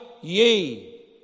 ye